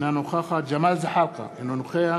אינה נוכחת ג'מאל זחאלקה, אינו נוכח